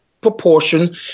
proportion